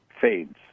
fades